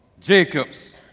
Jacob's